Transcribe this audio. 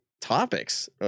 topics